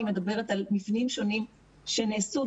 אני מדברת על מבנים שונים שנעשו,